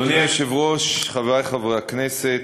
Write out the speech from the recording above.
אדוני היושב-ראש, חברי חברי הכנסת,